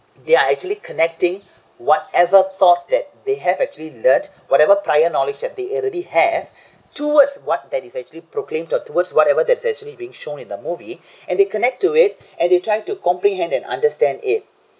they are actually connecting whatever thoughts that they have actually learned whatever prior knowledge that they already have towards what that is actually proclaimed or towards whatever that's actually being shown in the movie and they connect to it and they try to comprehend and understand it